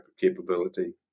capability